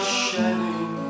shining